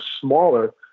smaller